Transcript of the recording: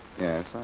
Yes